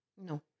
No